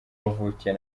wavukiye